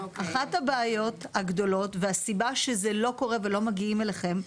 אחת הבעיות הגדולות והסיבה שזה קורה ולא מגיע אליכם,